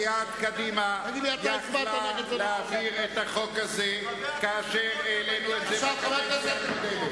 סיעת קדימה יכלה להעביר את החוק הזה כאשר העלינו את זה בקדנציה הקודמת,